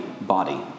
body